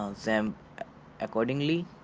um xampp accordingly.